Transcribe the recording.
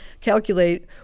calculate